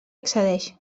accedeix